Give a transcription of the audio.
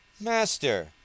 Master